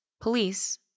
Police